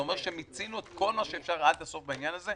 זה אומר שמיצינו את כל מה שאפשר עד הסוף בעניין הזה.